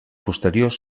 posteriors